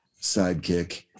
sidekick